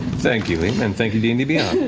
thank you, liam, and thank you, d and d beyond.